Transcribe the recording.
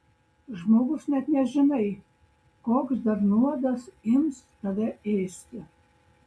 žmogus net nežinai koks dar nuodas ims tave ėsti